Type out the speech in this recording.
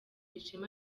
ishema